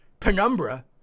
Penumbra